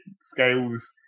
scales